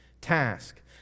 task